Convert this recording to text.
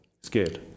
Scared